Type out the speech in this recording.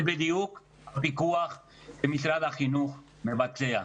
זה בדיוק הפיקוח שמשרד החינוך מבצע.